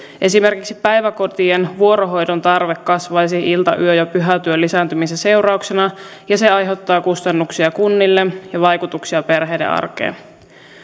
esimerkiksi päiväkotien vuorohoidon tarve kasvaisi ilta yö ja pyhätyön lisääntymisen seurauksena ja se aiheuttaa kustannuksia kunnille ja vaikutuksia perheiden arkeen